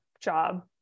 job